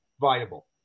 viable